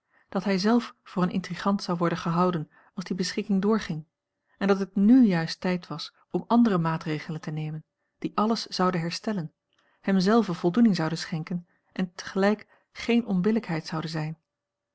dat hij zelf voor een intrigant zou worden gehouden als die beschikking doorging en dat het n juist tijd was om andere maatregelen te nemen die alles zouden herstellen hem zelven voldoening zouden schenken en tegelijk geene onbillijkheid zouden zijn